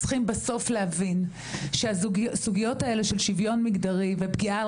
צריכים בסוף להבין שהסוגיות האלה של שוויון מגדרי ופגיעה על